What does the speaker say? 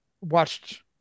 watched